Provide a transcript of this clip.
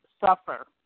suffer